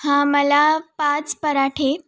हां मला पाच पराठे